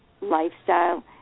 lifestyle